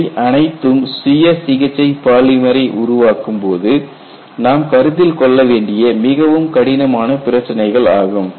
இவை அனைத்தும் சுய சிகிச்சை பாலிமரை உருவாக்கும் போது நாம் கருத்தில் கொள்ளவேண்டிய மிகவும் கடினமான பிரச்சினைகள் ஆகும்